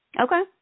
Okay